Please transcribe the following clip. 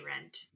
rent